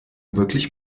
wirklich